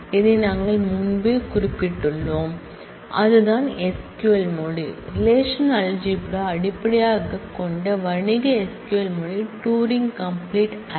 இதை நாங்கள் முன்பே குறிப்பிட்டுள்ளோம் அதுதான் SQL மொழி ரெலேஷனல்அல்ஜிப்ரா அடிப்படையாகக் கொண்ட கமர்ஷியல் SQL மொழி டூரிங் கம்ப்ளீட் அல்ல